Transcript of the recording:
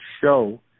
show